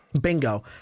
Bingo